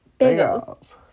Bagels